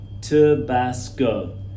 Tabasco